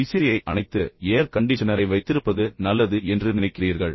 விசிறியை அணைத்து ஏர் கண்டிஷனரை வைத்திருப்பது நல்லது என்று நினைக்கிறீர்கள்